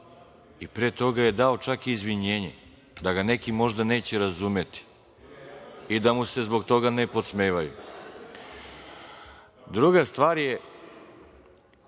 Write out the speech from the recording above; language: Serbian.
i pre toga je dao čak i izvinjenje da ga možda neki neće razumeti i da mu se zbog toga ne podsmevaju. Druga stvar,